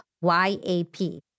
Y-A-P